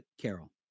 Carol